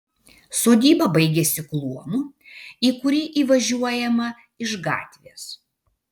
sodyba baigiasi kluonu į kurį įvažiuojama iš gatvės